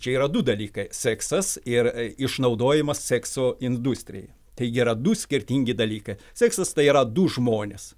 čia yra du dalykai seksas ir išnaudojimas sekso industrijai taigi yra du skirtingi dalykai seksas tai yra du žmonės